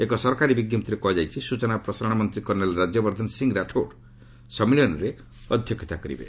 ଏକ ସରକାରୀ ବିଞ୍ଘପ୍ତିରେ କ୍ତୁହାଯାଇଛି ସ୍ବଚନା ଓ ପ୍ରସାରଣ ମନ୍ତ୍ରୀ କର୍ଷ୍ଣେଲ ରାଜ୍ୟବର୍ଦ୍ଧନ ସିଂହ ରାଠୋର ସମ୍ମିଳନୀରେ ଅଧ୍ୟକ୍ଷତା କରିବେ